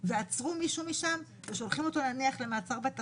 ועצרו מישהו משם ושולחים אותו למעצר בית,